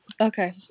Okay